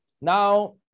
Now